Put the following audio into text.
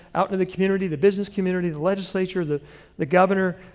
out into the community, the business community, the legislature, the the governor,